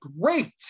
great